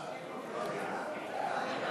סעיפים 1